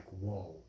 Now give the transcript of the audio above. whoa